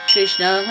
Krishna